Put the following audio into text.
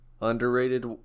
Underrated